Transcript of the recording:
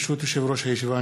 ברשות יושב-ראש הישיבה,